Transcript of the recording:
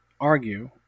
argue